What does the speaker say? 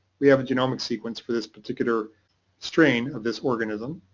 we have a genomic sequence for this particular strain of this organism.